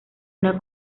una